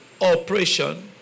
operation